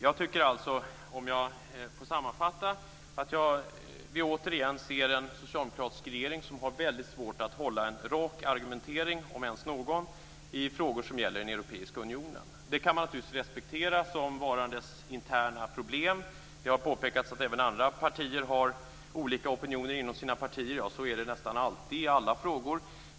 Sammanfattningsvis tycker jag alltså att vi återigen ser en socialdemokratisk regering som har väldigt svårt att hålla en rak argumentering, om ens någon, i frågor som gäller den europeiska unionen. Det kan naturligtvis respekteras som varandes interna problem. Det har påpekats att även andra partier har olika opinioner inom sig. Ja, så är det ju nästan alltid i alla frågor.